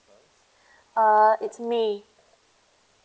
uh it's me